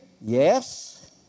Yes